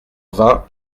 vingt